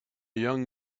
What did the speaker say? young